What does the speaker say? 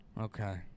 Okay